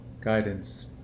guidance